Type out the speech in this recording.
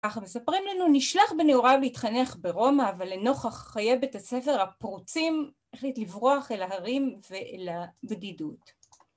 אנחנו מספרים לנו נשלח בנעוריו להתחנך ברומא אבל לנוכח חיי בית הספר הפרוצים החליט לברוח אל ההרים ולבדידות